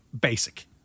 basic